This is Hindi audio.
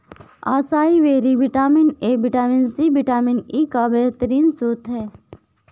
acai berry vitamin A, vitamin C, और विटामिन ई का बेहतरीन स्त्रोत है